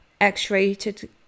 X-rated